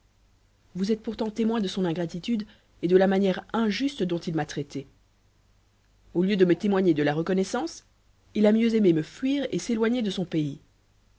vous êtes pourtant témoin de son ingratitude et de la manière injurieuse dont il m'a traité au lieu de me témoigner de la reconnaissance il a mieux aimé me fuir et s'éloigner de son pays